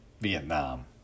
Vietnam